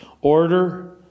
order